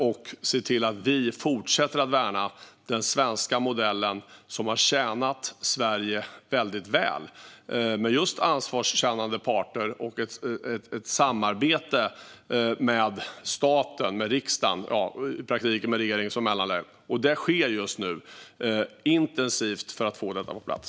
Vi ska se till att vi fortsätter att värna den svenska modellen, som har tjänat Sverige väldigt väl, med ansvarskännande parter och ett samarbete mellan staten och riksdagen, i praktiken med regeringen som mellanled. Vi arbetar just nu intensivt för att få detta på plats.